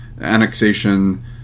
annexation